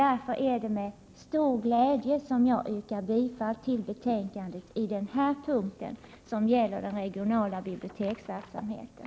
Därför är det med stor glädje som jag yrkar bifall till utskottets hemställan i den punkt som gäller den regionala biblioteksverksamheten.